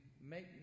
make